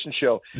show